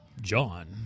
John